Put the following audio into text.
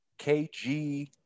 KG